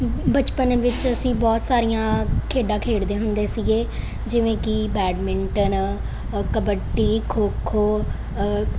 ਬਚਪਨ ਵਿੱਚ ਅਸੀਂ ਬਹੁਤ ਸਾਰੀਆਂ ਖੇਡਾਂ ਖੇਡਦੇ ਹੁੰਦੇ ਸੀਗੇ ਜਿਵੇਂ ਕਿ ਬੈਡਮਿੰਟਨ ਕਬੱਡੀ ਖੋ ਖੋ